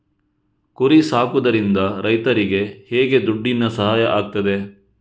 ಕುರಿ ಸಾಕುವುದರಿಂದ ರೈತರಿಗೆ ಹೇಗೆ ದುಡ್ಡಿನ ಸಹಾಯ ಆಗ್ತದೆ?